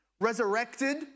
resurrected